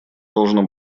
должно